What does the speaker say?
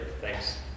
Thanks